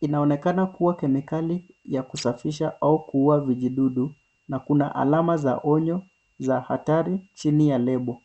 Inaonekana kuwa kemikali ya kusafisha au kuuwa vijidudu na kuna alama za onyo za hatari chini ya lebo.